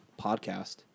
podcast